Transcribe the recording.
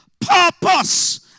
purpose